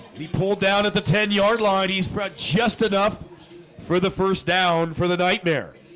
he pulled down at the ten yard line. he's brought just enough for the first down for the nightmare